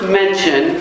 mention